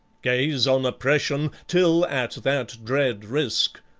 gaze on oppression, till at that dread risk,